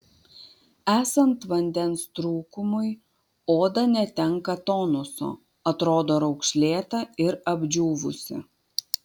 esant vandens trūkumui oda netenka tonuso atrodo raukšlėta ir apdžiūvusi